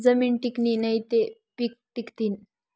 जमीन टिकनी ते पिके टिकथीन